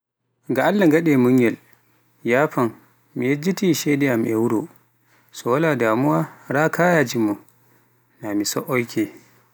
Ga Allah gaɗe munyal, yafan mi yejjiiti ceedeam e wuro, so wala damuwa raa kayaji mon, na mi so'oyke.